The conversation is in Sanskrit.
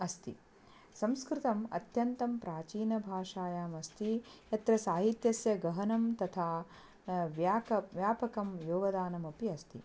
अस्ति संस्कृतम् अत्यन्तं प्राचीनभाषायाम् अस्ति यत्र साहित्यस्य गहनं तथा व्यापकं व्यापकं योगदानमपि अस्ति